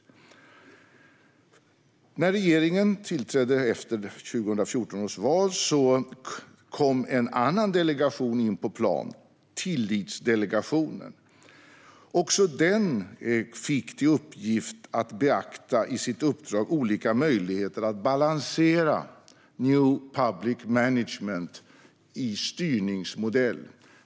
När regeringen tillträdde efter 2014 års val kom en annan delegation in på plan, Tillitsdelegationen. Även den fick till uppgift att i sitt uppdrag beakta olika möjligheter att balansera new public managements styrningsmodell.